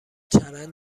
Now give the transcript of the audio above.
چرند